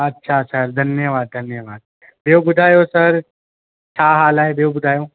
अच्छा सर धन्यवादु धन्यवादु ॿियो ॿुधायो सर छा हाल आहे ॿियो ॿुधायो